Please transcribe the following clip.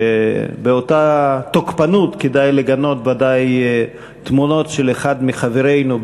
ובאותה תוקפנות כדאי לגנות ודאי תמונות של אחד מחברינו,